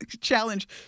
challenge